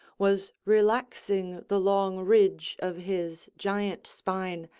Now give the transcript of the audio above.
was relaxing the long ridge of his giant spine,